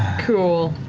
cool,